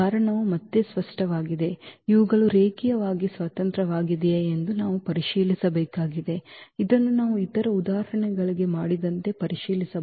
ಕಾರಣವು ಮತ್ತೆ ಸ್ಪಷ್ಟವಾಗಿದೆ ಇವುಗಳು ರೇಖೀಯವಾಗಿ ಸ್ವತಂತ್ರವಾಗಿದೆಯೆ ಎಂದು ನಾವು ಪರಿಶೀಲಿಸಬೇಕಾಗಿದೆ ಇದನ್ನು ನಾವು ಇತರ ಉದಾಹರಣೆಗಳಿಗಾಗಿ ಮಾಡಿದಂತೆ ಪರಿಶೀಲಿಸಬಹುದು